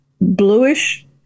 bluish